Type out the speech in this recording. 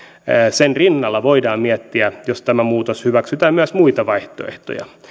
sen rinnalla voidaan miettiä jos tämä muutos hyväksytään myös muita vaihtoehtoja